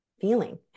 feeling